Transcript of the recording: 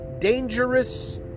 dangerous